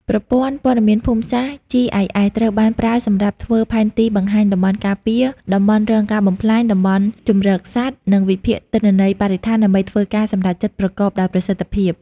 ប្រព័ន្ធព័ត៌មានភូមិសាស្ត្រ GIS ត្រូវបានប្រើសម្រាប់ធ្វើផែនទីបង្ហាញតំបន់ការពារ តំបន់រងការបំផ្លាញ តំបន់ជម្រកសត្វ និងវិភាគទិន្នន័យបរិស្ថានដើម្បីធ្វើការសម្រេចចិត្តប្រកបដោយប្រសិទ្ធភាព។